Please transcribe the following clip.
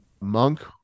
Monk